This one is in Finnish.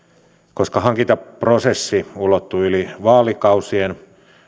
koska hankintaprosessi ulottuu yli vaalikausien